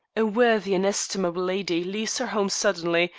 a worthy and estimable lady leaves her home suddenly,